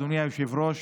אדוני היושב-ראש,